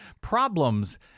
problems